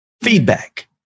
feedback